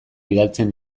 bidaltzen